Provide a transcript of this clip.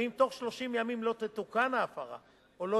ואם בתוך 30 ימים לא תתוקן ההפרה או לא